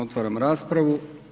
Otvaram raspravu.